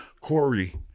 Corey